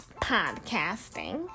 podcasting